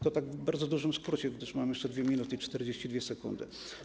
To tak w bardzo dużym skrócie, gdyż mam jeszcze 2 minuty i 42 sekundy.